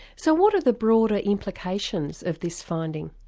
so what are the broader implications of this finding?